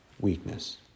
weakness